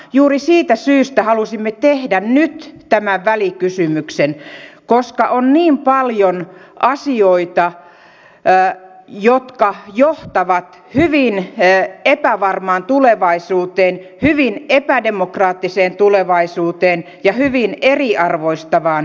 juuri siitä syystä halusimme tehdä nyt tämän välikysymyksen koska on niin paljon asioita jotka johtavat hyvin epävarmaan tulevaisuuteen hyvin epädemokraattiseen tulevaisuuteen ja hyvin eriarvoistavaan tulevaisuuteen